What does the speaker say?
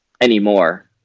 anymore